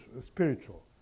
spiritual